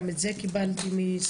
גם את זה קיבלתי מסגלוביץ'.